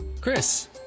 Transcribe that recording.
Chris